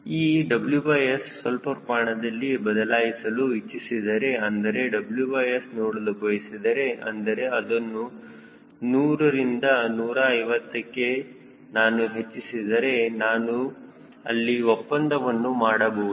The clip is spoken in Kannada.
ಈ WS ಸ್ವಲ್ಪ ಪ್ರಮಾಣದಲ್ಲಿ ಬದಲಾಯಿಸಲು ಇಚ್ಚಿಸಿದರೆ ಅಂದರೆ WS ನೋಡಲು ಬಯಸಿದರೆ ಅಂದರೆ ಅದನ್ನು 100 ರಿಂದ 150ಕ್ಕೆ ನಾನು ಹೆಚ್ಚಿಸಿದರೆ ನಾನು ಅಲ್ಲಿ ಒಪ್ಪಂದವನ್ನು ಮಾಡಬಹುದು